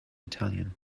italian